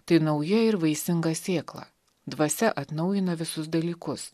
tai nauja ir vaisinga sėkla dvasia atnaujina visus dalykus